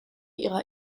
ihrer